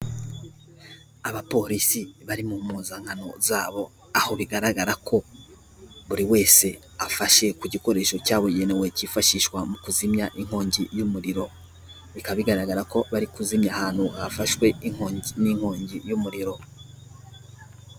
Abapolisi bari mu mpuzankano zabo, aho bigaragara ko buri wese afashe ku gikoresho cyabugenewe cyifashishwa mu kuzimya inkongi y'umuriro. Bikaba bigaragara ko bari kuzimya ahantu hafashwe n'inkongi y'umuriro.